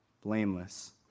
blameless